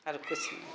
आरु किछु नहि